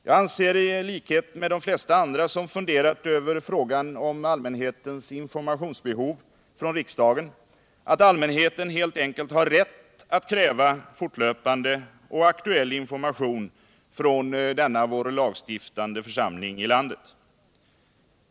Jag anser i likhet med de flesta andra, som funderat över frågan om allmänhetens behov av information från riksdagen, att allmänheten helt enkelt har rätt att kräva fortlöpande och aktuell information från denna vår lagstiftande församling i landet.